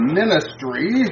ministry